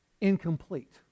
incomplete